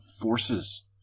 Forces